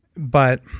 but